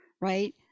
Right